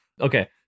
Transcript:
Okay